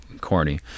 corny